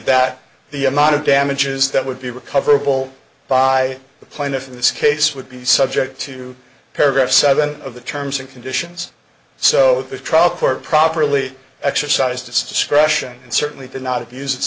that the amount of damages that would be recoverable by the plaintiff in this case would be subject to paragraph seven of the terms and conditions so the trial court properly exercised its discretion and certainly did not abuse